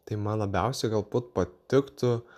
tai man labiausiai galbūt patiktų